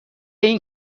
این